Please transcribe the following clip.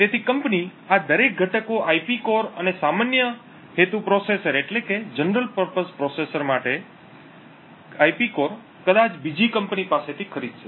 તેથી કંપની આ દરેક ઘટકો આઇપી કોર અને સામાન્ય હેતુ પ્રોસેસર માટે IP core કદાચ બીજી કંપની પાસેથી ખરીદશે